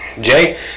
Jay